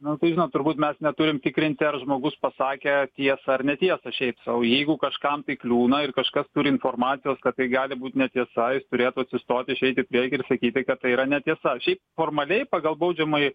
nu tai žinot turbūt mes neturim tikrinti ar žmogus pasakė tiesą ar netiesą šiaip sau jeigu kažkam tai kliūna ir kažkas turi informacijos kad tai gali būt netiesa jis turėtų atsistoti išeit į priekį ir sakyti kad tai yra netiesa šiaip formaliai pagal baudžiamąjį